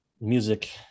music